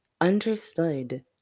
Understood